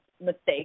mistake